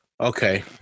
Okay